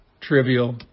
Trivial